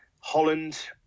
Holland